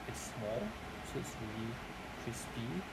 it's small so it's really crispy